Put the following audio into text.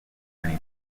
many